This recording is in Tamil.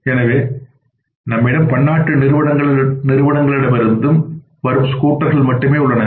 எனவே நம்மிடம்பன்னாட்டு நிறுவனங்களிலிருந்து வரும் ஸ்கூட்டர்கள்மட்டுமே உள்ளன